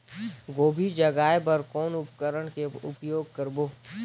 गोभी जगाय बर कौन उपकरण के उपयोग करबो?